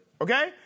Okay